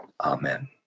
Amen